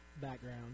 background